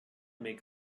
make